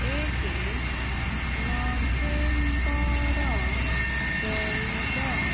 ଏକ ନଭେମ୍ବର ଚଉଦ